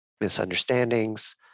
misunderstandings